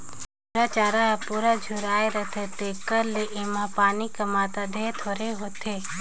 झूरा चारा हर पूरा झुराए रहथे तेकर ले एम्हां पानी कर मातरा ढेरे थोरहें होथे